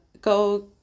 go